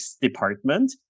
department